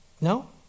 no